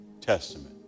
Testament